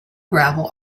gravel